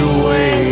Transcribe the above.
away